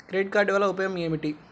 Credit card వల్ల ఉపయోగం ఏమిటీ?